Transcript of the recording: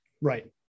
right